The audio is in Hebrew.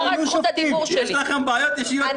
יש לכם בעיות אישיות?